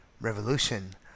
Revolution